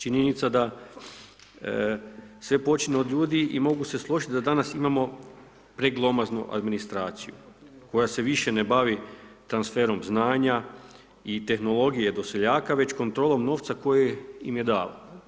Činjenica da sve počinje od ljudi i mogu se složiti da danas imamo preglomaznu administraciju koja se više ne bavi transferom znanja i tehnologije do seljaka već kontrolom novca koje im je dalo.